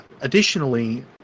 Additionally